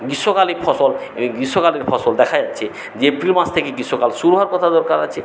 গ্রীষ্মকালীন ফসল এই গ্রীষ্মকালের ফসল দেখা যাচ্ছে যে এপ্রিল মাস থেকে গ্রীষ্মকাল শুরু হওয়ার কথা দরকার আছে